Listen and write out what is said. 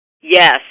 Yes